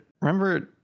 remember